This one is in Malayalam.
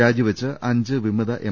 രാജിവെച്ച അഞ്ച് വിമത എം